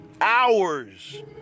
hours